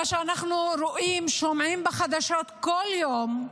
מה שאנחנו רואים, שומעים בחדשות בכל יום,